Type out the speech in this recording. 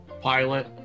pilot